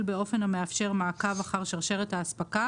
באופן המאפשר מעקב אחר שרשרת האספקה,